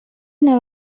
una